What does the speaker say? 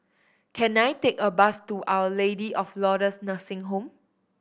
can I take a bus to Our Lady of Lourdes Nursing Home